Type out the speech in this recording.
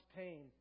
pain